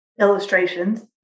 illustrations